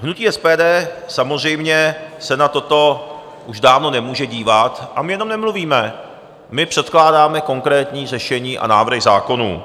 Hnutí SPD samozřejmě se na toto už dávno nemůže dívat, a my jenom nemluvíme, předkládáme konkrétní řešení a návrhy zákonů.